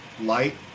light